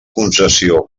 concessió